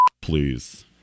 please